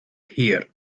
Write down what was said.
hier